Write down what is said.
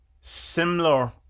similar